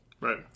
Right